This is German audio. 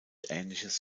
ähnliches